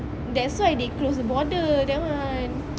that's why they close the border that one